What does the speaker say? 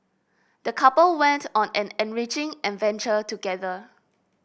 the couple went on an enriching adventure together